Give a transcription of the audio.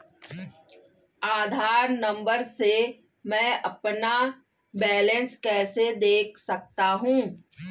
आधार number से मैं अपना बैलेंस कैसे देख सकता हूँ?